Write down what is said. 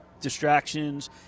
distractions